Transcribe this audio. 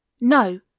no